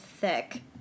thick